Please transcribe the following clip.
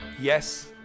yes